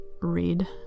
read